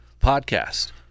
podcast